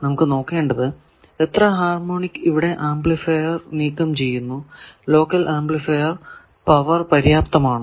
നമുക്ക് നോക്കേണ്ടത് എത്ര ഹാർമോണിക്സ് ഇവിടെ ഈ ആംപ്ലിഫൈർ നീക്കം ചെയ്യുന്നു ലോക്കൽ ആംപ്ലിഫൈർ പവർ പര്യാപ്തമാണോ